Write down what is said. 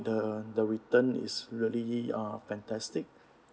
the the return is really uh fantastic